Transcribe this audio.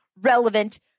relevant